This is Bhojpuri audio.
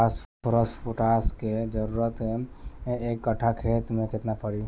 फॉस्फोरस पोटास के जरूरत एक कट्ठा खेत मे केतना पड़ी?